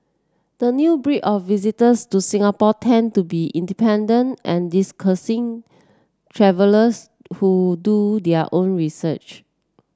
the new breed of visitors to Singapore tend to be independent and travellers who do their own research